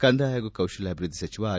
ಕಂದಾಯ ಹಾಗೂ ಕೌಶಲ್ಹಾಭಿವ್ವದ್ದಿ ಸಚಿವ ಆರ್